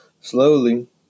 slowly